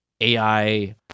ai